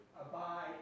abide